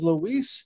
Luis